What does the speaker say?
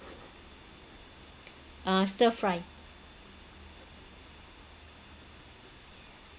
ah stir fried